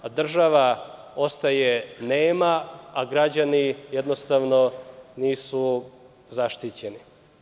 Država ostaje nema a građani jednostavno nisu zaštićeni.